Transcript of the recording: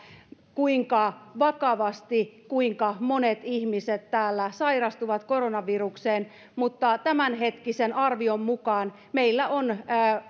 kuinka vakavasti ja kuinka monet ihmiset täällä sairastuvat koronavirukseen mutta tämänhetkisen arvion mukaan meillä on